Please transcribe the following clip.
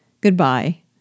Goodbye